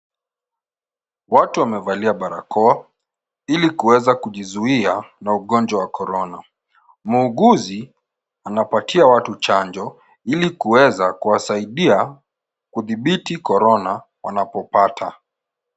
Watu wamevalia barakoa ili kuweza kujizuia na ugonjwa wa korona. Muuguzi anapatia watu chanjo ili kuweza kuwasaidia kudhibiti korona wanapopata.